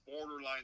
borderline